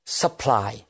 supply